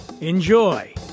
Enjoy